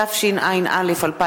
התשע”א 2011, מאת חבר